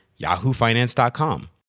yahoofinance.com